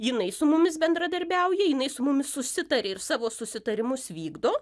jinai su mumis bendradarbiauja jinai su mumis susitarė ir savo susitarimus vykdo